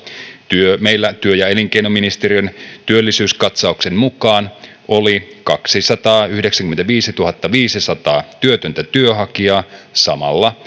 meillä työ ja elinkeinoministeriön työllisyyskatsauksen mukaan oli kaksisataayhdeksänkymmentäviisituhattaviisisataa työtöntä työnhakijaa samalla